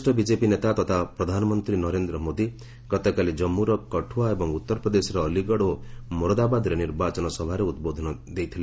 ବରିଷ୍ଣ ବିଜେପି ନେତା ତଥା ପ୍ରଧାନମନ୍ତ୍ରୀ ନରେନ୍ଦ୍ର ମୋଦି ଗତକାଲି ଜାମ୍ମୁର କାଠୁଆ ଏବଂ ଉତ୍ତରପ୍ରଦେଶର ଅଲିଗଡ଼ ଓ ମୋରଦାବାଦ୍ରେ ନିର୍ବାଚନ ସଭାରେ ଉଦ୍ବୋଧନ ଦେଇଥିଲେ